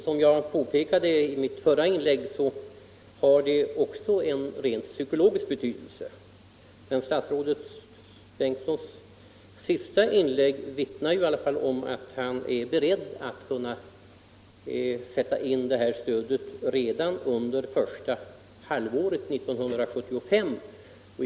Som jag påpekade i mitt förra inlägg har lagerstödet även en rent psykologisk betydelse. Men statsrådets senaste inlägg vittnar ändå om att han är beredd att sätta in lagerstödet redan under det första halvåret 1975.